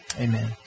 amen